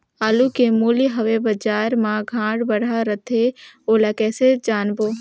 आलू के मूल्य हवे बजार मा घाट बढ़ा रथे ओला कइसे जानबो?